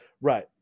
Right